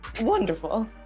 Wonderful